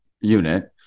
unit